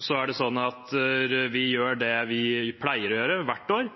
gjør vi det vi pleier å gjøre hvert år,